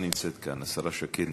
השרה נמצאת כאן, השרה שקד נמצאת באולם.